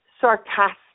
sarcastic